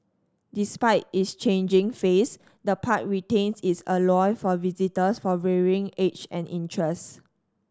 despite its changing face the park retains its allure for visitors for varying age and interest